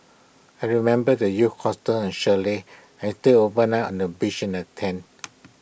I remember the youth hostels and chalets and stay overnight on the beach in A tent